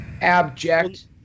abject